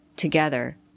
Together